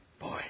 boy